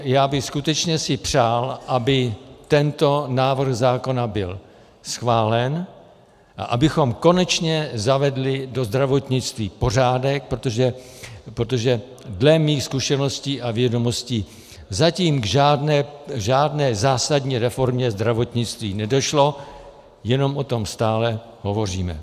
Já bych skutečně si přál, aby tento návrh zákona byl schválen a abychom konečně zavedli do zdravotnictví pořádek, protože dle mých zkušeností a vědomostí zatím k žádné zásadní reformě zdravotnictví nedošlo, jenom o tom stále hovoříme.